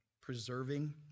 preserving